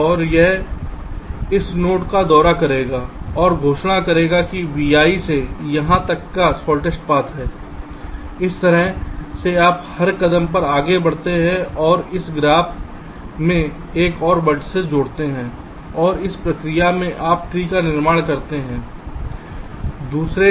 और यह इस नोड का दौरा करेगा और घोषणा करेगा कि यह vi से यहां तक का शॉर्टेस्ट पाथ है इस तरह से आप हर कदम पर आगे बढ़ते हैं आप इस ग्राफ में एक और वर्टिसिस जोड़ते हैं और इस प्रक्रिया में आप ट्री का निर्माण करते हैं ठीक है